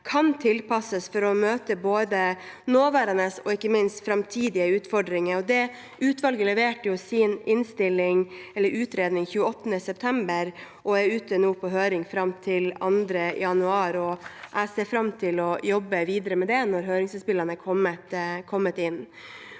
kan tilpasses for å møte både nåværende og ikke minst framtidige utfordringer. Utvalget leverte sin utredning 28. september. Den er nå ute på høring fram til 2. januar, og jeg ser fram til å jobbe videre med det når høringsinnspillene er kommet inn.